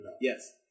Yes